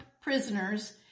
prisoners